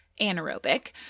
anaerobic